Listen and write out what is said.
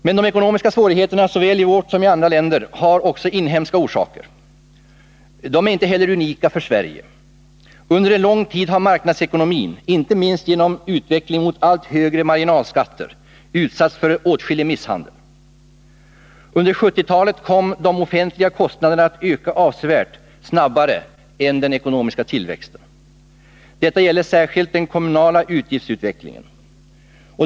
Men de ekonomiska svårigheterna såväl i vårt land som i andra länder har också inhemska orsaker. De är inte heller unika för Sverige. Under en lång tid har marknadsekonomin, inte minst genom utvecklingen mot allt högre marginalskatter, utsatts för åtskillig misshandel. Under 1970-talet kom de offentliga kostnaderna att öka avsevärt snabbare än den ekonomiska tillväxten. Detta gäller särskilt den kommunala utgiftsutvecklingen.